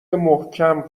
محکم